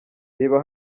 reba